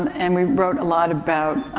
and we wrote a lot about,